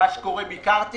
ביקרתי